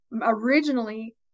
originally